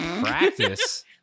Practice